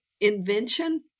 invention